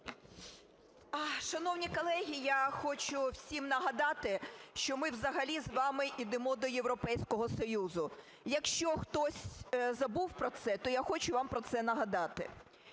Шановні колеги, я хочу всім нагадати, що ми взагалі з вами йдемо до Європейського Союзу. Якщо хтось забув про це, то я хочу вам про це нагадати.